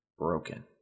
broken